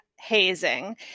hazing